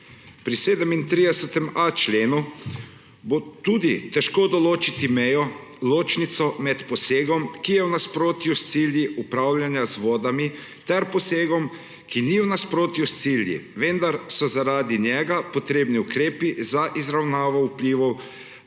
Pri 37.a členu bo tudi težko določiti mejo, ločnico med posegom, ki je v nasprotju s cilji upravljanja z vodami, ter posegom, ki ni v nasprotju s cilji, vendar so zaradi njega potrebni ukrepi za izravnavo vplivov,